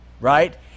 right